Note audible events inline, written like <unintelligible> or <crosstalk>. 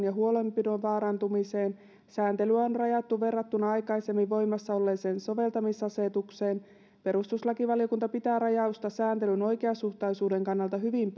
<unintelligible> ja huolenpidon vaarantumiseen sääntelyä on rajattu verrattuna aikaisemmin voimassa olleeseen soveltamisasetukseen perustuslakivaliokunta pitää rajausta sääntelyn oikeasuhtaisuuden kannalta hyvin <unintelligible>